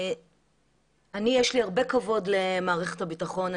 יש לי הרבה כבוד למערכת הביטחון,